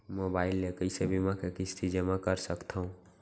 Mobile ले कइसे बीमा के किस्ती जेमा कर सकथव?